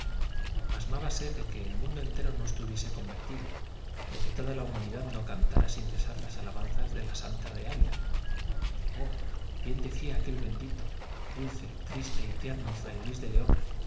apelmazada pasmábase de que el mundo entero no estuviese convertido de que toda la humanidad no cantara sin cesar las alabanzas de la santa de ávila oh bien decía aquel bendito dulce triste y tierno fray luis de león